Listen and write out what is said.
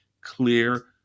clear